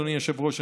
אדוני היושב-ראש,